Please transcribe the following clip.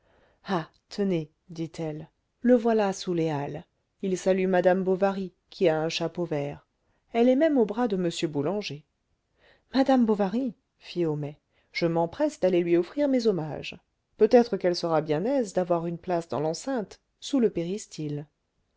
ah tenez dit-elle le voilà sous les halles il salue madame bovary qui a un chapeau vert elle est même au bras de m boulanger madame bovary fit homais je m'empresse d'aller lui offrir mes hommages peut-être qu'elle sera bien aise d'avoir une place dans l'enceinte sous le